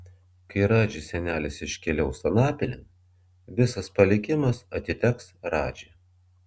kai radži senelis iškeliaus anapilin visas palikimas atiteks radži